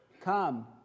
Come